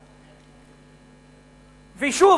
שוב,